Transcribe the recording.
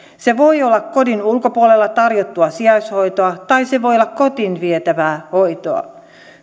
se voi olla kodin ulkopuolella tarjottua sijaishoitoa tai se voi olla kotiin vietävää hoitoa